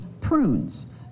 prunes